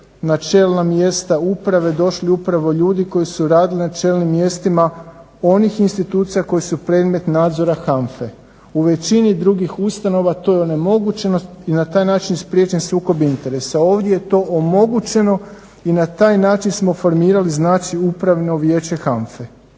na čelna mjesta uprave došli upravo ljudi koji su radili na čelnim mjestima onih institucija koje su predmet nadzora HANFA-e. U većini drugih ustanova to je onemogućeno i na taj način spriječen je sukob interesa. Ovdje je to omogućeno i na taj način smo formirali znači Upravno vijeće HANFA-e.